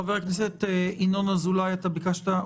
חבר הכנסת ינון אזולאי יצא.